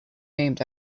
named